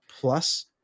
Plus